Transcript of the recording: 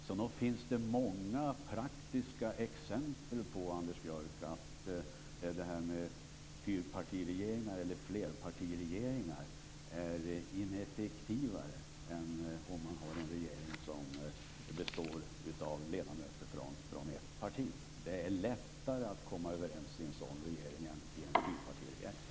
Så nog finns det många praktiska exempel, Anders Björck, på att flerpartiregeringar är ineffektivare än regeringar som består av ledamöter från ett parti. Det är lättare att komma överens i en enpartiregering än i en fyrpartiregering.